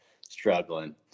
struggling